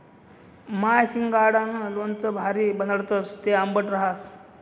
माय शिंगाडानं लोणचं भारी बनाडस, ते आंबट रहास